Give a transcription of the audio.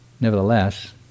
Nevertheless